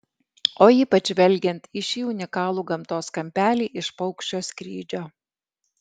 o ypač žvelgiant į šį unikalų gamtos kampelį iš paukščio skrydžio